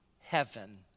heaven